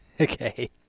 Okay